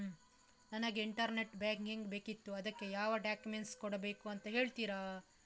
ನನಗೆ internet bank ಬೇಕಿತ್ತು ಅದಕ್ಕೆ ಯಾವೆಲ್ಲಾ ಡಾಕ್ಯುಮೆಂಟ್ಸ್ ಕೊಡ್ಬೇಕು ಅಂತ ಹೇಳ್ತಿರಾ?